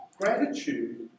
gratitude